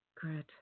Good